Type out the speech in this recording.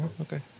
okay